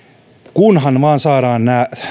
kunhan vain saadaan tämä